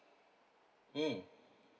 mm